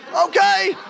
Okay